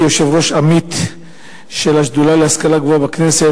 כיושב-ראש עמית של השדולה להשכלה גבוהה בכנסת,